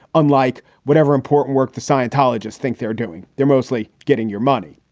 unlike whatever important work the scientologists think they're doing. they're mostly getting your money.